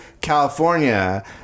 California